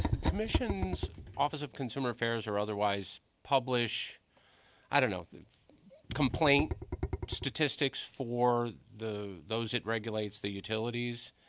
commission's office of consumer affairs or otherwise publish i don't know complaint statistics for the those that regulates the utilities.